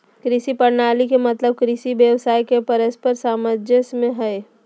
कृषि प्रणाली के मतलब कृषि व्यवसाय के परस्पर सामंजस्य से हइ